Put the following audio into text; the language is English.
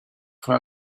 for